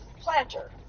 planter